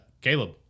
Caleb